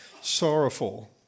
sorrowful